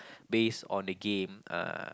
based on the game uh